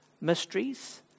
mysteries